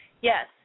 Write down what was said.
Yes